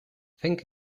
thank